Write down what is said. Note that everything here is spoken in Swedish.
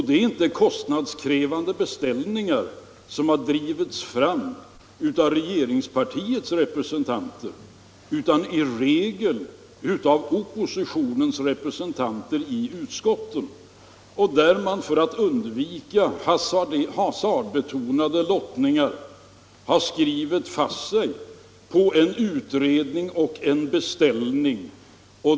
Det är inte kostnadskrävande beställningar som har drivits fram av regeringspartiets representanter utan i regel av oppositionsrepresentanter i utskotten, där man, för att undvika hasardbetonade lottningar, har skrivit fast sig vid en utredning och en beställning.